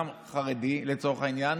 גם חרדי, לצורך העניין,